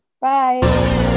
Bye